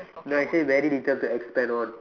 no I say very little to expand on